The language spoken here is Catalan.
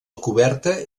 coberta